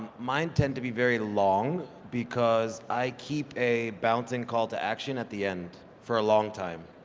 mine, tend to be very long because i keep a bouncing call to action at the end, for a long time.